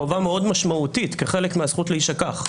חובה מאוד משמעותית כחלק הזכות להישכח,